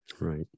Right